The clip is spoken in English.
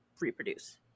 reproduce